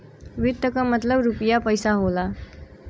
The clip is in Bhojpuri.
वित्त क मतलब रुपिया पइसा से होला